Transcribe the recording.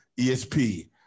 ESP